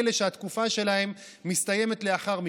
לאלה שהתקופה שלהם מסתיימת לאחר מכן.